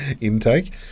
intake